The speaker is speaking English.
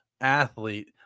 athlete